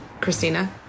Christina